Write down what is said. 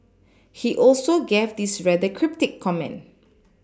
he also gave this rather cryptic comment